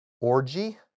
orgy